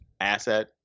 asset